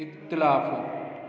इख़्तिलाफ़ु